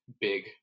big